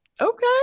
Okay